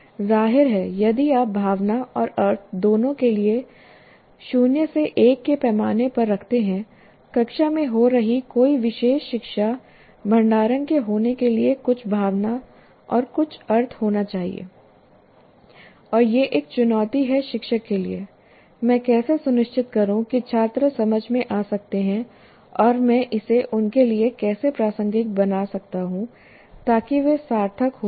जाहिर है यदि आप भावना और अर्थ दोनों के लिए 0 से 1 के पैमाने पर रखते हैं कक्षा में हो रही कोई विशेष शिक्षा भंडारण के होने के लिए कुछ भावना और कुछ अर्थ होना चाहिए और यह एक चुनौती है शिक्षक के लिए मैं कैसे सुनिश्चित करूं कि छात्र समझ में आ सकते हैं और मैं इसे उनके लिए कैसे प्रासंगिक बना सकता हूं ताकि वे सार्थक हो सकें